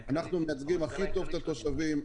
אנחנו מייצגים הכי טוב את התושבים,